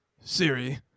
Siri